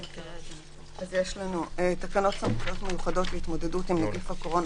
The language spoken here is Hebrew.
יש לנו את תקנות סמכויות מיוחדות להתמודדות עם נגיף הקורונה